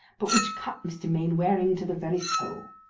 but which cut mr. mainwaring to the very soul.